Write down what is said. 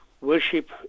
worship